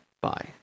Bye